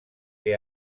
que